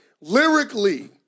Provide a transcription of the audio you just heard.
lyrically